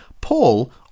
Paul